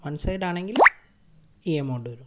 one side ആണെകിൽ ഈ amount വരും